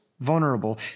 vulnerable